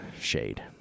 shade